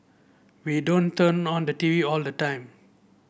we don't turn on the T V all the time